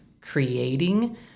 creating